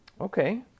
Okay